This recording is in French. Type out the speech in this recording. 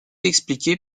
expliquer